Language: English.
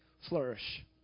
flourish